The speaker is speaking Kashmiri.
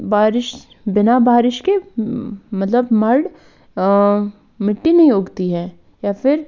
بارِش بنا بارِش کے مطلب مَڈ مِٹی نہیں اُگتی ہے یا پھر